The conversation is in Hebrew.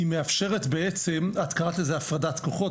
כי היא מאפשרת את קראת לזה הפרדת כוחות,